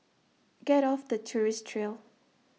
get off the tourist trail